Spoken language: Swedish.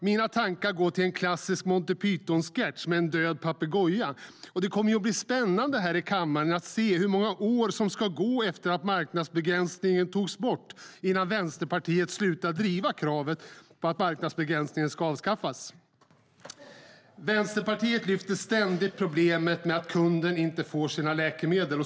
Mina tankar går till en klassisk Monty Python-sketch med en död papegoja. Det kommer att bli spännande att se hur många år det ska gå från det att marknadsbegränsningen togs bort till dess Vänsterpartiet slutar att driva kravet att marknadsbegränsningen ska avskaffas. Vänsterpartiet lyfter ständigt fram problemet med att kunden inte får sina läkemedel.